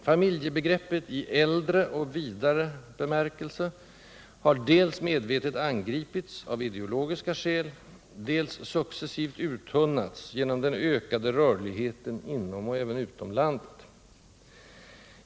Familjebegreppet i äldre — och vidare — bemärkelse har dels medvetet angripits av ideologiska skäl, dels successivt uttunnats genom den ökade rörligheten inom och även utom landet.